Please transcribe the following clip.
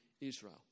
Israel